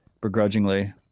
begrudgingly